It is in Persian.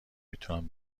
میتونم